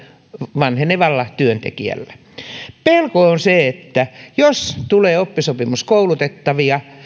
vanhenevalla työntekijällä on pelko siitä että jos tulee oppisopimuskoulutettavia